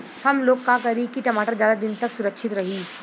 हमलोग का करी की टमाटर ज्यादा दिन तक सुरक्षित रही?